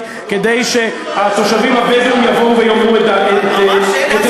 כדי שהתושבים הבדואים יבואו ויאמרו את עמדותיהם.